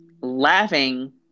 laughing